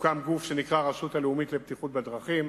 הוקם גוף שנקרא "הרשות הלאומית לבטיחות בדרכים",